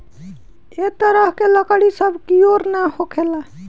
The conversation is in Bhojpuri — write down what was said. ए तरह के लकड़ी सब कियोर ना होखेला